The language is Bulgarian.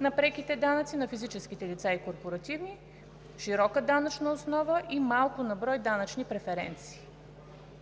на преките данъци на физически лица и корпоративна, широка данъчна основа и малко на брой данъчни преференции.